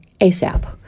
ASAP